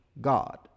God